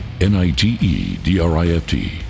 N-I-T-E-D-R-I-F-T